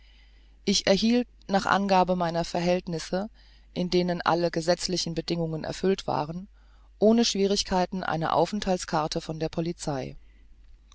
ich erhielt nach angabe meiner verhältnisse in denen alle gesetzliche bedingungen erfüllt waren ohne schwierigkeiten eine aufenthaltskarte von der polizei